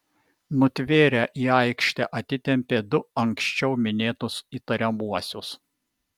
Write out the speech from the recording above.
nutvėrę į aikštę atitempė du anksčiau minėtus įtariamuosius